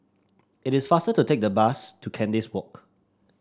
it is faster to take the bus to Kandis Walk